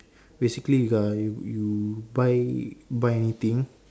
basically uh you y~ you buy buy anything